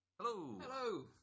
Hello